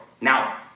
Now